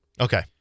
Okay